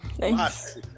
Thanks